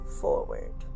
forward